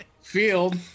field